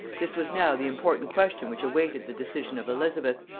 this was now the important question which awaited the decision of elizabeth,